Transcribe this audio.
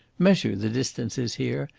measure the distances here,